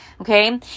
Okay